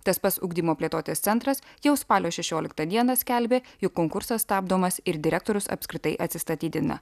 tas pats ugdymo plėtotės centras jau spalio šešioliktą dieną skelbė jog konkursas stabdomas ir direktorius apskritai atsistatydina